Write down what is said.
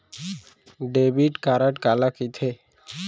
Debit card काला कहिथे?